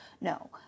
No